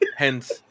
hence